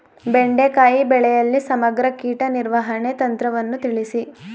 ಬೆಂಡೆಕಾಯಿ ಬೆಳೆಯಲ್ಲಿ ಸಮಗ್ರ ಕೀಟ ನಿರ್ವಹಣೆ ತಂತ್ರವನ್ನು ತಿಳಿಸಿ?